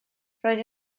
roedd